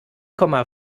komma